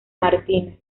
martínez